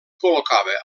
col·locava